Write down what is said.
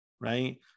right